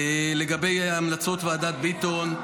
לגבי המלצות ועדת ביטון,